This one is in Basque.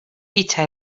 hitsa